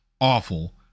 Awful